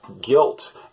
guilt